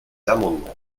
amendements